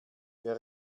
wer